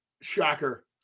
Shocker